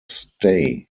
stay